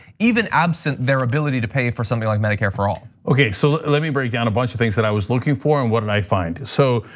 even absent their ability to pay for something like medicare for all. okay, so let me break down a bunch of things that i was looking for and what did i find. so,